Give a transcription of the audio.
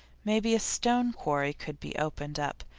maybe a stone quarry could be opened up,